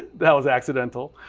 that was accidental.